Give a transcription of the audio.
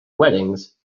weddings